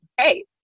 hey